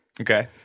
Okay